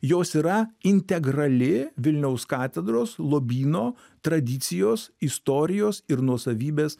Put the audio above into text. jos yra integrali vilniaus katedros lobyno tradicijos istorijos ir nuosavybės